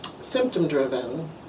symptom-driven